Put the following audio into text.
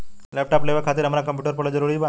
Laptop लेवे खातिर हमरा कम्प्युटर पढ़ल जरूरी बा?